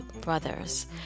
brothers